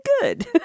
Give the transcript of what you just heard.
good